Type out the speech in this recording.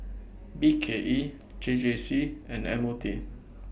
B K E J J C and M O T